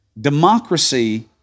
Democracy